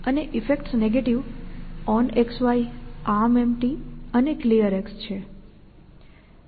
અને effects negative OnXY ArmEmpty અને Clear છે